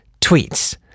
tweets